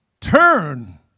turn